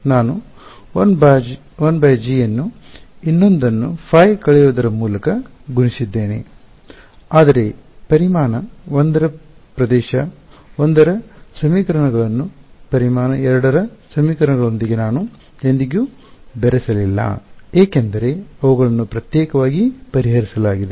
ನಾನು 1g ಅನ್ನು ಇನ್ನೊಂದನ್ನು ϕ ಕಳೆಯುವುದರ ಮೂಲಕ ಗುಣಿಸಿದ್ದೇನೆ ಆದರೆ ಪರಿಮಾಣ 1 ರ ಪ್ರದೇಶ 1 ರ ಸಮೀಕರಣಗಳನ್ನು ಪರಿಮಾಣ 2 ರ ಸಮೀಕರಣಗಳೊಂದಿಗೆ ನಾನು ಎಂದಿಗೂ ಬೆರೆಸಲಿಲ್ಲ ಏಕೆಂದರೆ ಅವುಗಳನ್ನು ಪ್ರತ್ಯೇಕವಾಗಿ ಪರಿಹರಿಸಲಾಗಿದೆ